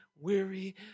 weary